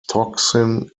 toxin